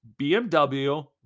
BMW